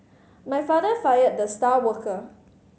my father fired the star worker